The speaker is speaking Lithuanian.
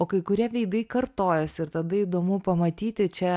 o kai kurie veidai kartojas ir tada įdomu pamatyti čia